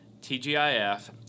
TGIF